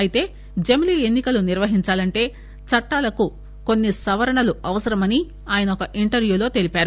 అయితే జమిలి ఎన్ని కలు నిర్వహించాలంటే చట్టాలకు కొన్ని సవరణలు అవసరం అని ఆయన ఒక ఇంటర్వ్యూలో తెలిపారు